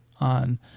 on